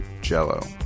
Jello